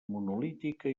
monolítica